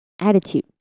attitude